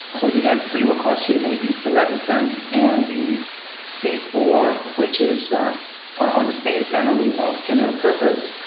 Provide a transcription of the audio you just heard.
so the m three will cost you maybe eleven cents, and the c four, which is on the same family of general purpose,